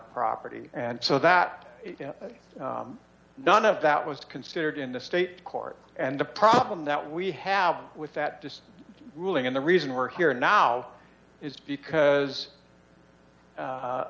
property and so that none of that was considered in the state court and the problem that we have with that this ruling and the reason we're here now is because